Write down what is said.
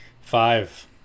Five